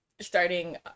starting